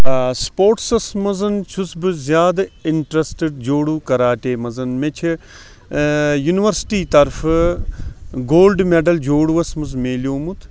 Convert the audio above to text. سُپوٚٹسس منٛز چھُس بہٕ زیادٕ اِنٹرَسٹ جوٗڈوٗ کَراٹے منٛز مےٚ چھِ یونیورسٹی طرفہٕ گولڈٕ میڈَل جوٗڈُوَس منٛز مِلیومُت